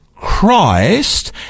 Christ